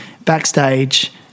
backstage